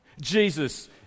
Jesus